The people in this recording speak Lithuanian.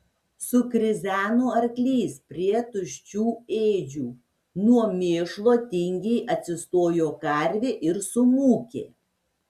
sukrizeno arklys prie tuščių ėdžių nuo mėšlo tingiai atsistojo karvė ir sumūkė